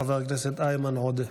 חבר הכנסת איימן עודה.